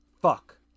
fuck